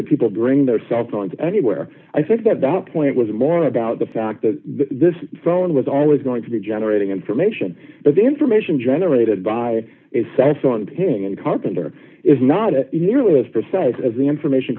that people bring their cell phones anywhere i think that the point was more about the fact that the phone was always going to be generating information but the information generated by itself on ping and carpenter is not nearly as precise as the information